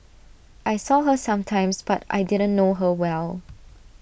I saw her sometimes but I didn't know her well